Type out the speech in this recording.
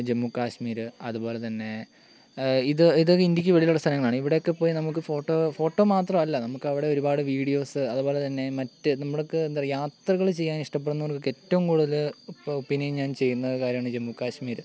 ജമ്മു കാശ്മീർ അതുപോലെ തന്നെ ഇത് ഇതൊക്കെ ഇന്ത്യയ്ക്ക് വെളിയിലുള്ള സ്ഥലങ്ങളാണ് ഇവിടെയൊക്കെപ്പോയി നമുക്ക് ഫോട്ടോ ഫോട്ടോ മാത്രമല്ല നമുക്കിവിടെ ഒരുപാട് വീഡിയോസ് അതുപോലെതന്നെ മറ്റ് നമുക്ക് എന്താ പറയ യാത്രകൾ ചെയ്യാൻ ഇഷ്ടപ്പെടുന്നവരൊക്കെ ഏറ്റവും കൂടുതൽ ഇപ്പോൾ പിന്നെയും ഞാൻ ചെയ്യുന്ന ഒരു കാര്യമാണ് ജമ്മു കശ്മീർ